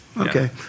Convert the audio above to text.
Okay